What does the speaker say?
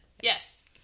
Yes